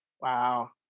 Wow